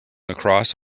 lacrosse